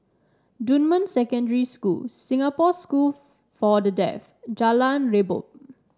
Dunman Secondary School Singapore School for the Deaf Jalan Redop